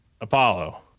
Apollo